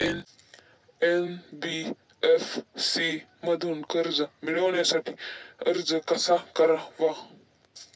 NBFC मधून कर्ज मिळवण्यासाठी अर्ज कसा करावा?